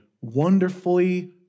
wonderfully